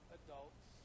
adults